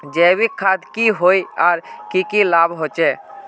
जैविक खाद की होय आर की की लाभ होचे?